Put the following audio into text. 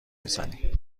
میزنی